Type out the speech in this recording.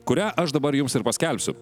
kurią aš dabar jums ir paskelbsiu